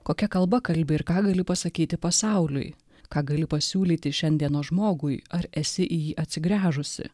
kokia kalba kalbi ir ką gali pasakyti pasauliui ką gali pasiūlyti šiandienos žmogui ar esi į jį atsigręžusi